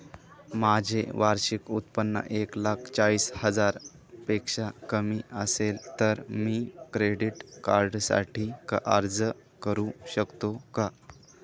माझे वार्षिक उत्त्पन्न एक लाख चाळीस हजार पेक्षा कमी असेल तर मी क्रेडिट कार्डसाठी अर्ज करु शकतो का?